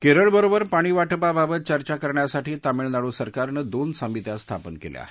केरळ बरोबर पाणीवाटपाबाबत चर्चा करण्यासाठी तामिळनाडू सरकारनं दोन समित्या स्थापन केल्या आहेत